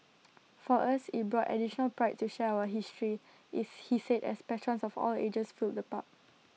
for us IT brought additional pride to share our history is he said as patrons of all ages filled the pub